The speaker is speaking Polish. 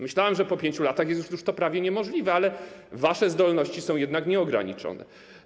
Myślałem, że po 5 latach jest to już prawie niemożliwe, ale wasze zdolności są jednak nieograniczone.